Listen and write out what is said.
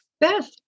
Beth